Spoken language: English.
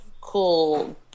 cool